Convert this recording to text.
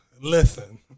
listen